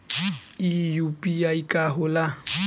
ई यू.पी.आई का होला?